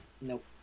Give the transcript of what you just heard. Nope